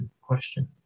question